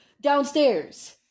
downstairs